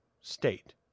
state